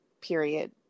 period